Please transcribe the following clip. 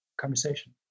conversation